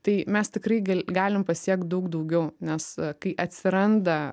tai mes tikrai gal galim pasiekti daug daugiau nes kai atsiranda